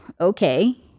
okay